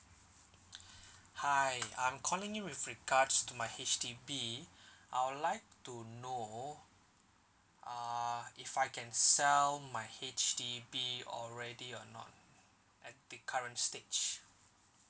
hi I'm calling you with regards to my H_D_B I'll like to know uh if I can sell my H_D_B already or not at the current stage